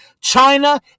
China